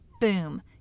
boom